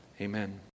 Amen